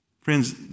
Friends